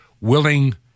willing